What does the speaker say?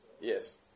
Yes